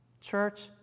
church